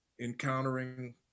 encountering